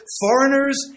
foreigners